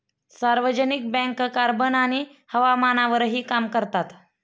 सार्वजनिक bank carbon आणि हवामानावरही काम करतात